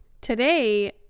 Today